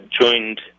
joined